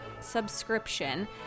subscription